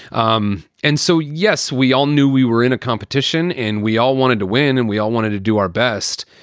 um and so, yes, we all knew we were in a competition and we all wanted to win and we all wanted to do our best,